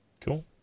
cool